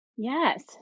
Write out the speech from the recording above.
Yes